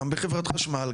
גם בחברת חשמל,